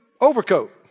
overcoat